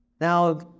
Now